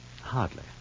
Hardly